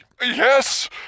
Yes